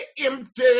empty